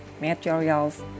materials